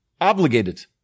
obligated